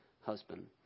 husband